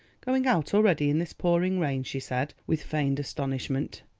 going out already in this pouring rain? she said, with feigned astonishment.